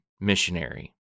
missionary